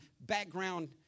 background